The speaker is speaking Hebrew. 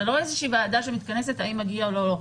זו לא איזו ועדה שמתכנסת ובודקת האם מגיע לו או לא.